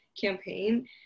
campaign